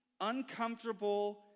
uncomfortable